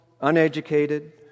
uneducated